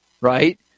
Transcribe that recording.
right